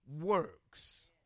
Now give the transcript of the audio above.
works